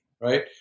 right